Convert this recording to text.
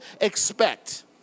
expect